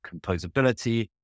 composability